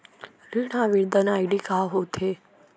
ऋण आवेदन आई.डी का होत हे?